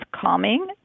calming